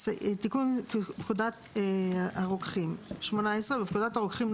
"תיקון פקודת 18. בפקודת הרוקחים ,